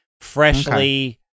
Freshly